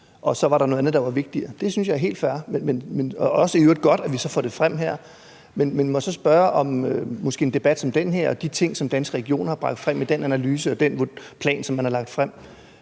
og at der var noget andet, der var vigtigere. Det synes jeg er helt fair. Det er i øvrigt også godt, at vi så får det frem her. Men må jeg så spørge, om en debat som den her og de ting, som Danske Regioner har bragt frem i den analyse og plan, som de har lagt frem,